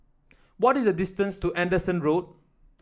what is the distance to Anderson Road